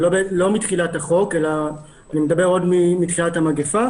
לא מתחילת החוק אלא מתחילת המגפה